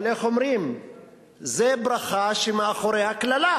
אבל זה ברכה שמאחוריה קללה,